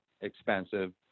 expensive